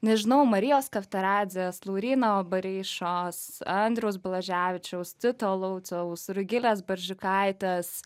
nežinau marijos kavtaradzės lauryno bareišos andriaus blaževičiaus tito lauciaus rugilės barzdžiukaitės